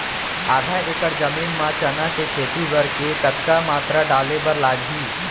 आधा एकड़ जमीन मा चना के खेती बर के कतका मात्रा डाले बर लागही?